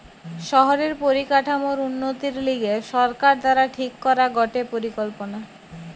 শহরের পরিকাঠামোর উন্নতির লিগে সরকার দ্বারা ঠিক করা গটে পরিকল্পনা